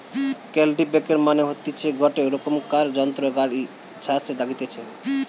কাল্টিপ্যাকের মানে হতিছে গটে রোকমকার যন্ত্র গাড়ি ছাসে লাগতিছে